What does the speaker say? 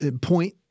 point